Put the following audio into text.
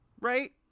right